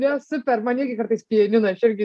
ne super man irgi kartais pianiną aš irgi